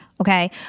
okay